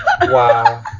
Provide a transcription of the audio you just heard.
Wow